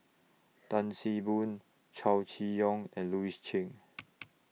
Tan See Boo Chow Chee Yong and Louis Chen